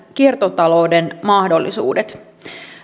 kiertotalouden mahdollisuudet